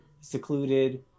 secluded